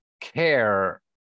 care